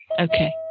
Okay